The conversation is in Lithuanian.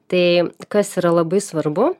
tai kas yra labai svarbu